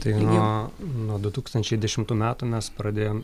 tai nuo nuo du tūkstančiai dešimtų metų mes pradėjom